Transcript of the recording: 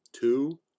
Two